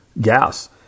gas